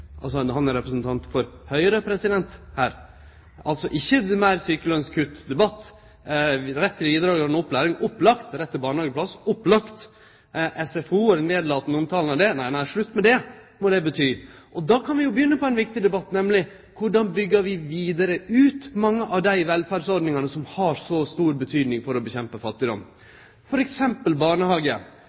Han er representant for Høgre her. Altså: Ikkje meir debatt om sjukelønskutt, rett til vidaregåande opplæring, opplagt rett til barnehageplass og SFO – og den nedlatande omtalen av det. Slutt med dette, må det bety. Då kan vi jo begynne på ein viktig debatt, nemleg korleis byggjer vi vidare ut mange av dei velferdsordningane som har så stor betyding for å kjempe mot fattigdom, f.eks. barnehagar. Av alle dei som ikkje går i barnehage